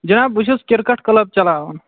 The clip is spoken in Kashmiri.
جِناب بہٕ چھُس کِرکَٹ کٔلب چَلاوان